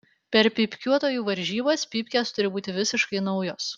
per pypkiuotojų varžybas pypkės turi būti visiškai naujos